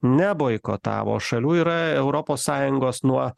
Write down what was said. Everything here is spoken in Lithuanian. neboikotavo šalių yra europos sąjungos nuo